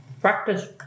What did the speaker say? Practice